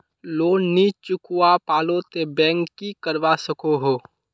Loan नी चुकवा पालो ते बैंक की करवा सकोहो?